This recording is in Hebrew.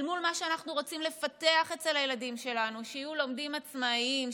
אל מול מה שאנחנו רוצים לפתח אצל הילדים שלנו: שיהיו לומדים עצמאיים,